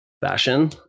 fashion